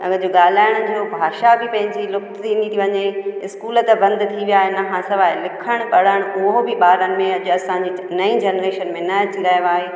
हिनजो ॻाल्हाइण जो भाषा जी पंहिंजी लुप्त थींदी थी वञे इस्कूल त बंदि थी विया आहिनि खां सवाइ लिखण पढ़ण उहो बि ॿारनि में अॼु असांजी नई जनरेशन में न अची रहियो आहे